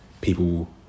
people